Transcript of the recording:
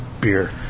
beer